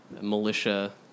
militia